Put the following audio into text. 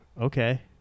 okay